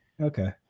Okay